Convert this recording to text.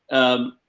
um,